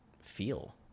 feel